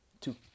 two